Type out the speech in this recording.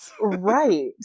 Right